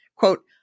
quote